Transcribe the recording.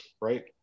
right